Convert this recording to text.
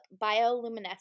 bioluminescence